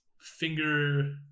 finger